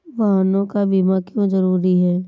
वाहनों का बीमा क्यो जरूरी है?